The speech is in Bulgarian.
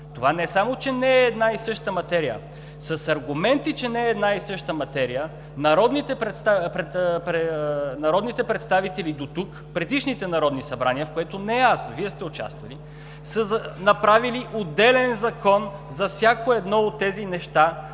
Това не само, че не е една и съща материя – с аргументи, че не е една и съща материя, народните представители до тук, в предишните народни събрания, в които не аз, Вие сте участвали, са направили отделен Закон за всяко едно от тези неща,